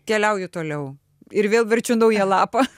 keliauju toliau ir vėl verčiu naują lapą